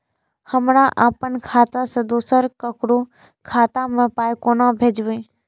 हमरा आपन खाता से दोसर ककरो खाता मे पाय कोना भेजबै?